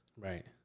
right